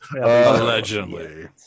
Allegedly